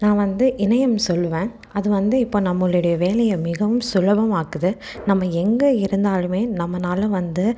நான் வந்து இணையம் சொல்லுவேன் அது வந்து இப்போ நம்மளுடைய வேலையை மிகவும் சுலபம் ஆக்குது நம்ம எங்கே இருந்தாலும் நம்மனால் வந்து